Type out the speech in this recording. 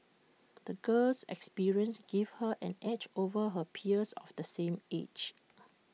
the girl's experiences gave her an edge over her peers of the same age